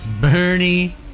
Bernie